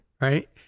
Right